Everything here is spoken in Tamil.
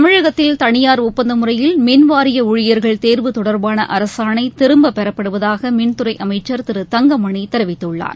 தமிழகத்தில் தளியார் ஒப்பந்த முறையில் மின்வாரிய ஊழியர்கள் தேர்வு தொடர்பாள அரசாணை திரும்பப் பெறப்படுவதாக மின்துறை அமைச்சர் திரு தங்கமணி தெரிவித்துள்ளார்